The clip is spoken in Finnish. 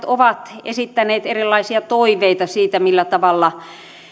ovat esittäneet erilaisia toiveita siitä millä tavalla